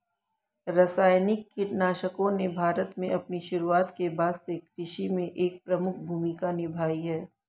रासायनिक कीटनाशकों ने भारत में अपनी शुरुआत के बाद से कृषि में एक प्रमुख भूमिका निभाई है